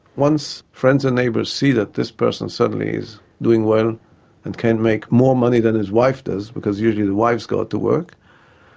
once friends and neighbours see that this person suddenly is doing well and can make more money than his wife does, because usually the wives go out to work,